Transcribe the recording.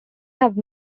have